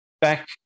Back